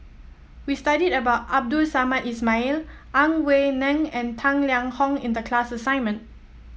we studied about Abdul Samad Ismail Ang Wei Neng and Tang Liang Hong in the class assignment